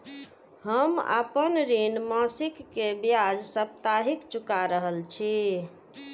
हम आपन ऋण मासिक के ब्याज साप्ताहिक चुका रहल छी